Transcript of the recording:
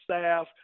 staff